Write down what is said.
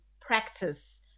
practice